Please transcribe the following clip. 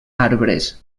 arbres